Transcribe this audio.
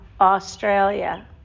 Australia